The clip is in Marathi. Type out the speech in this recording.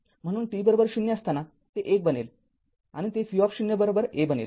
म्हणून t० असताना ते १ बनेल आणि ते V०A बनेल